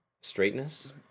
Straightness